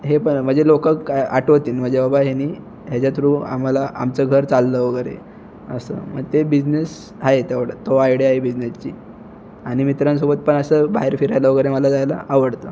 हे पण म्हणजे लोकं क आठवतील म्हणजे बाबा ह्याने ह्याच्या थ्रू आम्हाला आमचं घर चाललं वगैरे असं मग ते बिजनेस आहे तेवढा तो आयडिया आहे बिजनेची आणि मित्रांसोबत पण असं बाहेर फिरायला वगैरे मला जायला आवडतं